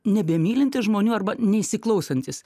nebemylintis žmonių arba neįsiklausantis